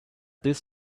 this